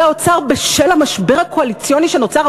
האוצר בשל המשבר הקואליציוני שנוצר.